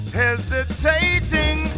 hesitating